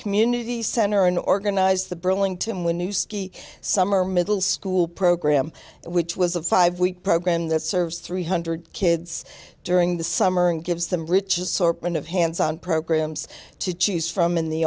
community center and organized the burlington when new ski summer middle school program which was a five week program that serves three hundred kids during the summer and gives them riches sort of hands on programs to choose from in the